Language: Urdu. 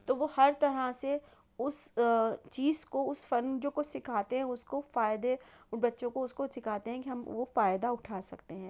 تو وہ ہر طرح سے اُس چیز کو اُس فن جو کچھ سکھاتے ہیں اُس کو فائدے بچوں کو اُس کو سکھاتے ہیں کہ ہم وہ فائدہ اُٹھا سکتے ہیں